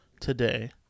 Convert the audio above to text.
today